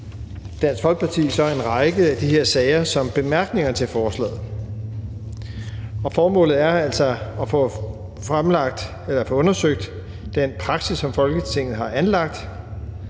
Dansk Folkeparti så en række af de her sager som bemærkninger til forslaget, og formålet er altså at få undersøgt den praksis, som Folketinget har anlagt